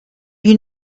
you